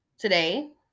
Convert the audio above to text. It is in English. Today